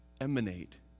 emanate